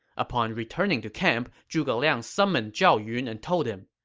upon returning to camp, zhuge liang summoned zhao yun and told him,